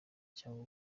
cyangwa